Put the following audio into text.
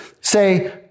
say